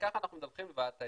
כך אנחנו מדווחים בוועדת ההיגוי.